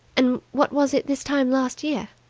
and what was it this time last year?